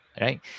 right